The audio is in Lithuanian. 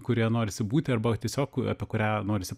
kurioje norisi būti arba tiesiog apie kurią norisi